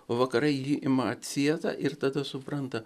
vakarai jį ima atsietą ir tada supranta